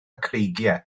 creigiau